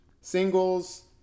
singles